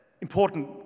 important